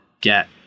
get